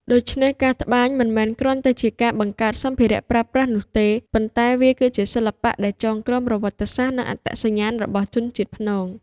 ដូច្នេះ ការត្បាញមិនមែនគ្រាន់តែជាការបង្កើតសម្ភារៈប្រើប្រាស់នោះទេ ប៉ុន្តែវាគឺជាសិល្បៈដែលចងក្រងប្រវត្តិសាស្ត្រនិងអត្តសញ្ញាណរបស់ជនជាតិព្នង។